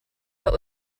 but